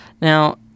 now